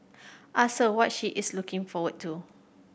ask her what she is looking forward to